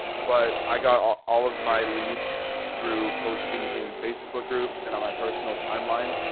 but i got all all of my leads through posting in facebook groups and on my personal timeline.